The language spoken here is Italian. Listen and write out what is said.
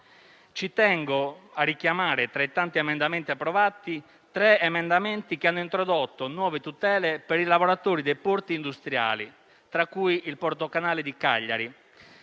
Ci tengo a richiamare, tra i tanti emendamenti approvati, tre che hanno introdotto nuove tutele per i lavoratori dei porti industriali, tra cui il porto canale di Cagliari.